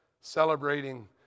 celebrating